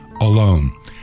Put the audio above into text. alone